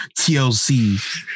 TLC